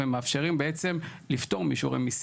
ומאפשרים בעצם לפתור מישורי מיסים,